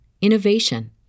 innovation